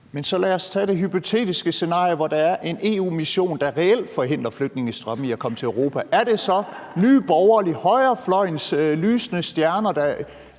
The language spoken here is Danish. Men så lad os tage det hypotetiske scenarie, hvor der er en EU-mission, der reelt forhindrer flygtningestrømme i at komme til Europa. Er det så Nye Borgerliges politik – højrefløjens lysende stjerne,